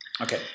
Okay